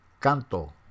Canto